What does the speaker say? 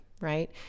right